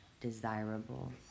desirable